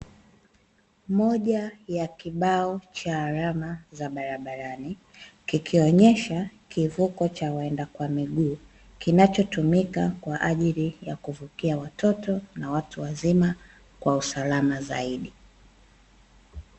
Moja ya kibao cha alama za barabarani, kikionyesha kivuko cha waenda kwa miguu, kinachotumika kwa ajili ya kuvukia watoto na watu wazima kwa usalama zaidi.